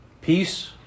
Peace